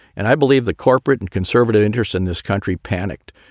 and i believe the corporate and conservative interests in this country panicked.